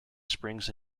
springs